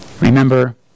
Remember